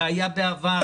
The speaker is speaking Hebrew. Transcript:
זה היה בעבר,